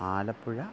Alappuzha